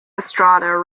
estrada